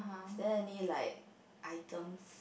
is there any like items